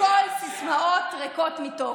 הכול סיסמאות ריקות מתוכן.